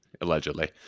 allegedly